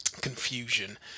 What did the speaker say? confusion